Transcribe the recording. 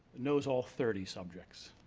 knows all thirty subjects.